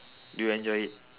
do you enjoy it